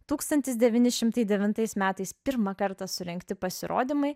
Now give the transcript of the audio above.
tūkstantis devyni šimtai devintais metais pirmą kartą surengti pasirodymai